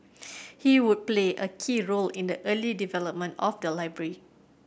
he would play a key role in the early development of the library